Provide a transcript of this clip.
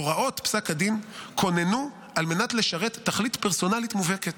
הוראות פסק הדין כוננו על מנת לשרת תכלית פרסונלית מובהקת.